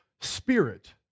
spirit